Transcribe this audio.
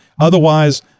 Otherwise